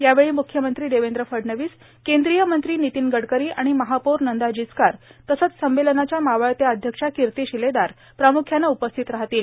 यावेळी मुख्यमंत्री देवेंद्र फडणवीस केंद्रीय मंत्री नितीन गडकरी आणि महापौर नंदा जिचकार तसंच संमेलनाच्या मावळत्या अध्यक्षा किर्ती शिलेदार प्रामुख्यानं उपस्थित राहतील